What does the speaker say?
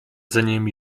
dzeniem